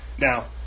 Now